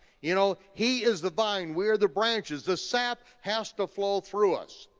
you know, he is the vine, we are the branches, the sap has to flow through us.